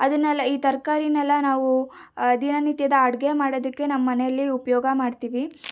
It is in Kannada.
ಅದನ್ನೆಲ್ಲ ಈ ತರಕಾರಿನೆಲ್ಲ ನಾವು ದಿನನಿತ್ಯದ ಅಡಿಗೆ ಮಾಡೋದಿಕ್ಕೆ ನಮ್ಮನೇಲಿ ಉಪಯೋಗ ಮಾಡ್ತೀವಿ